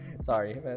Sorry